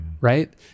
right